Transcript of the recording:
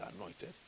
anointed